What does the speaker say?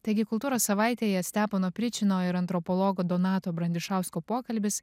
taigi kultūros savaitėje stepono pričino ir antropologo donato brandišausko pokalbis